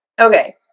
okay